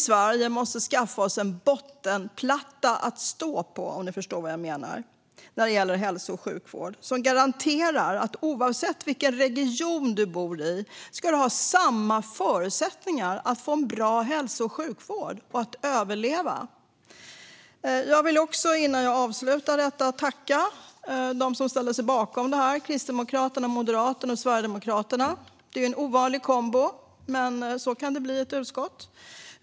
Sverige måste skaffa sig en bottenplatta att stå på när det gäller hälso och sjukvård som garanterar att man oavsett vilken region man bor i har samma förutsättningar att få en bra hälso och sjukvård och överleva. Innan jag avslutar vill jag tacka dem som ställt sig bakom detta, Kristdemokraterna, Moderaterna och Sverigedemokraterna. Det är en ovanlig kombo, men så kan det bli i ett utskott.